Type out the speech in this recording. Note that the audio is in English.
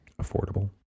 affordable